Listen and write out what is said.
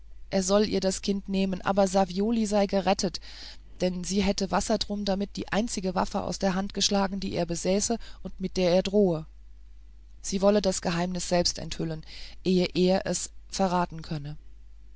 er ihr das kind nehmen aber savioli sei gerettet denn sie hätte wassertrum damit die einzige waffe aus der hand geschlagen die er besäße und mit der er drohe sie wolle das geheimnis selbst enthüllen ehe er es verraten könne